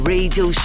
Radio